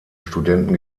studenten